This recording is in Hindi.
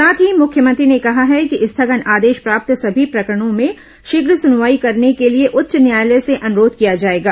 साथ ही मुख्यमंत्री ने कहा है कि स्थगन आदेश प्राप्त सभी प्रकरणों में शीघ्र सुनवाई करने के लिए उच्च न्यायालय से अनुरोध किया जाएगा